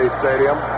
stadium